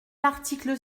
l’article